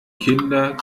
kinder